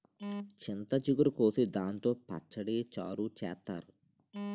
చింత చిగురు కోసి దాంతో పచ్చడి, చారు చేత్తారు